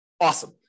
Awesome